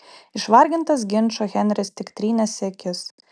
išvargintas ginčo henris tik trynėsi akis